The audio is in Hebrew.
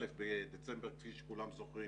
בדצמבר כפי שכולם זוכרים